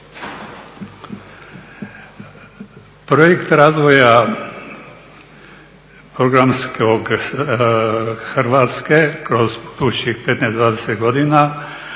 Projekt razvoja Hrvatske kroz budućih 15, 20 godina